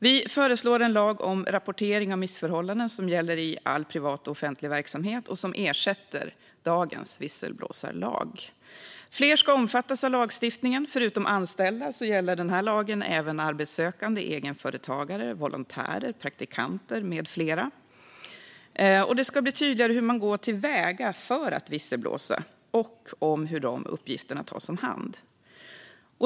Den lag om rapportering av missförhållanden som vi föreslår ska gälla i all privat och offentlig verksamhet och ska ersätta dagens visselblåsarlag. Fler ska omfattas av lagstiftningen. Förutom anställda gäller den här lagen även arbetssökande, egenföretagare, volontärer, praktikanter med flera. Det ska bli tydligare hur man går till väga för att visselblåsa och hur uppgifterna tas om hand.